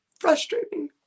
frustrating